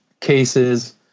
cases